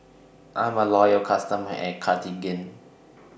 I'm A Loyal customer of Cartigain